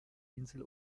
insel